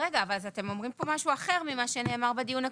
אתם אומרים כאן משהו אחר ממה שנאמר בדיון הקודם.